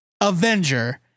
Avenger